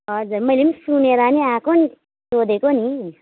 हजुर मैले पनि सुनेर नि आएको नि सोधेको नि